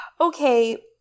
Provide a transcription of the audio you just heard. Okay